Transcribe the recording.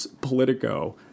politico